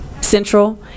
Central